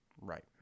Right